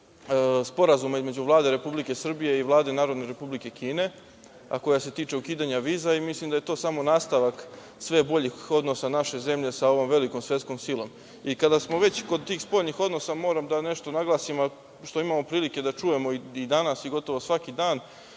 Sporazuma između Vlade Republike Srbije i Vlade Narodne Republike Kine, a koja se tiče ukidanja vize i mislim da je to samo nastavak sve boljih odnosa naše zemlje sa jednom velikom svetskom silom. Kada smo već kod tih spoljnih odnosa moram da nešto naglasim, što imamo prilike da čujemo i danas i gotovo svaki dan,